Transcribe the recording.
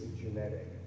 genetic